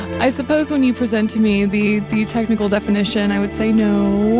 i suppose when you present to me the technical definition, i would say no.